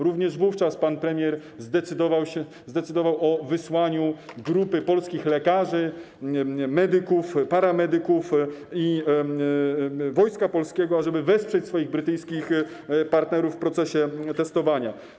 Również wówczas pan premier zdecydował o wysłaniu grupy polskich lekarzy, medyków, paramedyków i Wojska Polskiego, ażeby wesprzeć swoich brytyjskich partnerów w procesie testowania.